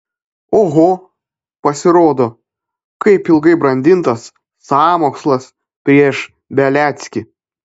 oho pasirodo kaip ilgai brandintas sąmokslas prieš beliackį